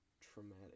traumatic